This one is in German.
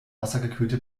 wassergekühlte